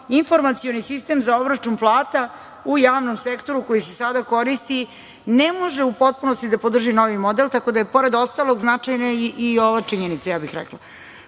informacioni sistem za obračun plata u javnom sektoru koji se sada koristi ne može u potpunosti da podrži novi model, tako da je, pored ostalog, značajna i ova činjenica, ja bih